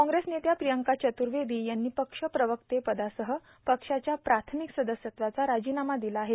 काँग्रेस नेत्या प्रियंका चतुवदां यांनी पक्ष प्रवक्तेपदासह पक्षाच्या प्रार्थामक सदस्यत्वाचा राजीनामा ादला आहे